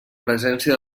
presència